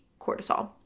cortisol